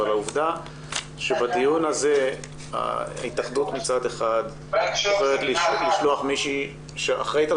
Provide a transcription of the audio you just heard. אבל העובדה שבדיון הזה ההתאחדות מצד אחד בוחרת לשלוח מישהי שאחראית על